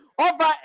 over